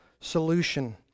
solution